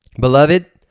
Beloved